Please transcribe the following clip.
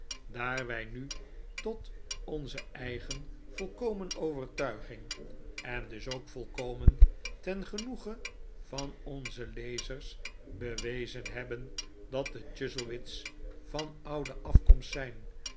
daar wij nu tot onze eigen volkomen overtuiging en dus ook volkomen ten genoege van onze lezers bewezen hebben dat de chuzzlewit's van oude afkomst zijn